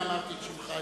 הנה אמרתי את שמך.